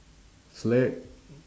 slack